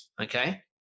okay